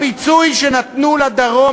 הפיצוי שנתנו לדרום,